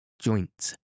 joints